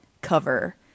cover